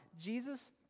Jesus